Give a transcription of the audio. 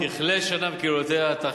תכלה שנה וקללותיה.